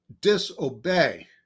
disobey